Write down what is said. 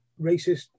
racist